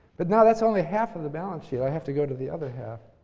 but now that's only half of the balance sheet. i have to go to the other half.